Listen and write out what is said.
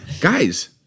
Guys